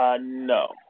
no